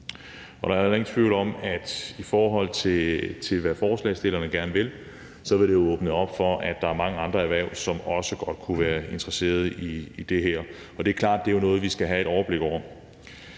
heller ingen tvivl om, at i forhold til hvad forslagsstillerne gerne vil, så vil det åbne op for, at der er mange andre erhverv, som også godt kunne være interesseret i det her, og det er jo klart, at det er noget, vi skal have et overblik over.